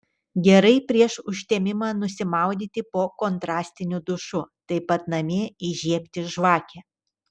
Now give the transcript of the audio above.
gerai prieš užtemimą nusimaudyti po kontrastiniu dušu taip pat namie įžiebti žvakę